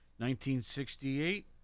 1968